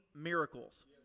miracles